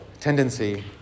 tendency